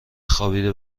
خوابیده